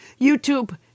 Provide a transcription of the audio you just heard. YouTube